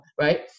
right